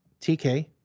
TK